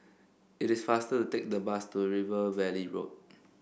it is faster to take the bus to River Valley Road